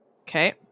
Okay